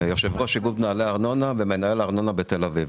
יושב-ראש איגוד מנהלי ארנונה ומנהל ארנונה בתל אביב.